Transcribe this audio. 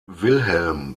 wilhelm